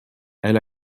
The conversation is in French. elle